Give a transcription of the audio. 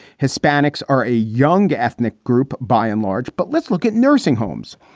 hispanics are a younger ethnic group. by and large. but let's look at nursing homes.